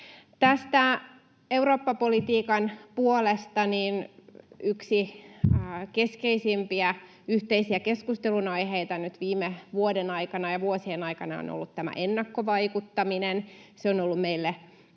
asia. Eurooppa-politiikan puolesta yksi keskeisimpiä yhteisiä keskustelunaiheita viime vuoden ja vuosien aikana on ollut ennakkovaikuttaminen. Se on ollut meille